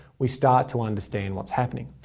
we start to understand what's happening.